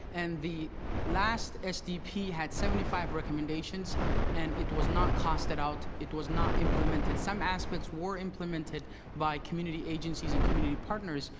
and the last sdp had seventy five recommendations and it was not costed out. it was not implemented. some aspects were implemented by community agencies and partners.